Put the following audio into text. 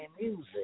music